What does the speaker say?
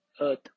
earth